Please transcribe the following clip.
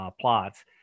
plots